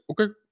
Okay